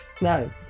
No